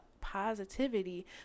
positivity